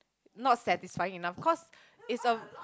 not satisfying enough cause is a